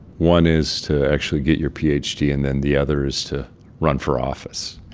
one is to actually get your ph d. and then the other is to run for office